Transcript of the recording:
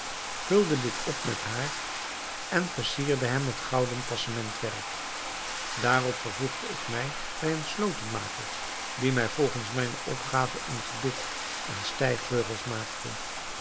vulde dit op met haar en versierde hem met gouden passementwerk daarop vervoegde ik mij bij een slotenmaker die mij volgens mijne opgave een gebit en stijgbeugels maakte